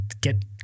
get